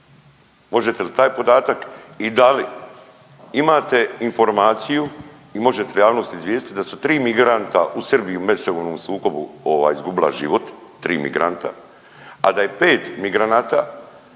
možete li taj podatak? I da li imate informaciju i možete li javnost izvijestit da su 3 migranta u Srbiji u međusobnom sukobu ovaj izgubila život, 3 migranta, a da je 5 migranata,